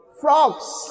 Frogs